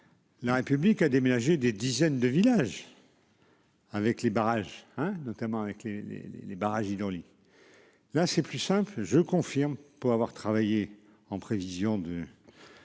La République a déménagé. Des dizaines de villages.-- Avec les barrages hein notamment avec les les les barrages hydrauliques. Là c'est plus simple je confirme pour avoir travaillé en prévision de.--